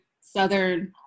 Southern